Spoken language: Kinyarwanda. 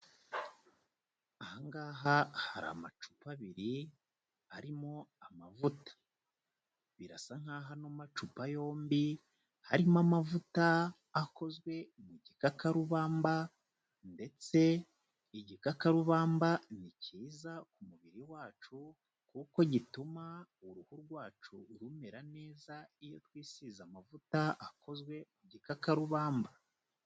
Aha ngaha hari amacupa abiri arimo amavuta, birasa nk'aho ano macupa yombi harimo amavuta akozwe mu gikakarubamba ndetse igikakarubamba ni cyiza ku mubiri wacu kuko gituma uruhu rwacu rumera neza iyo twisize amavuta akozwe ku gikakarubamba.